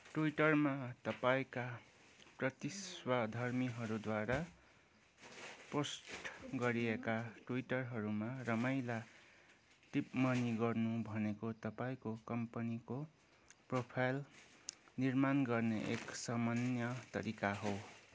ट्विटरमा तपाईंका प्रतिस्पर्धीहरूद्वारा पोस्ट गरिएका ट्विटहरूमा रमाइला टिप्पणी गर्नु भनेको तपाईँँको कम्पनीको प्रोफाइल निर्माण गर्ने एक सामान्य तरिका हो